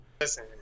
Listen